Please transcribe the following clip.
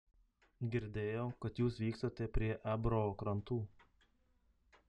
girdėjau kad jūs vykstate prie ebro krantų